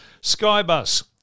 Skybus